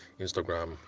Instagram